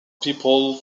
people